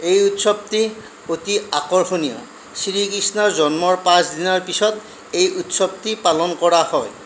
এই উৎসৱটি অতি আকৰ্ষণীয় শ্ৰীকৃষ্ণৰ জন্মৰ পাঁচ দিনৰ পিছত এই উৎসৱটি পালন কৰা হয়